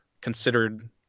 considered